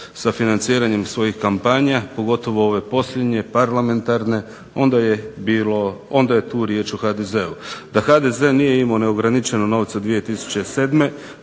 sa financiranjem svojih kampanja pogotovo ove posljednje parlamentarne onda je tu riječ o HDZ-u. Da HDZ nije imao neograničeno novca 2007.,